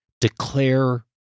declare